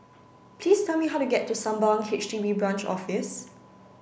please tell me how to get to Sembawang H D B Branch Office